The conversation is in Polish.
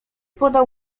podał